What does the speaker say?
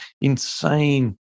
insane